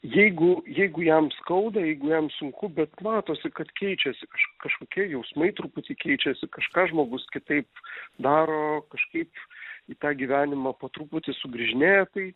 jeigu jeigu jam skauda jeigu jam sunku bet matosi kad keičiasi kažkokie jausmai truputį keičiasi kažką žmogus kitaip daro kažkaip į tą gyvenimą po truputį sugrįžinėja tai